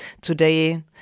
Today